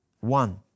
one